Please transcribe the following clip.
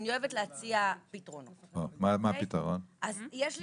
יש לי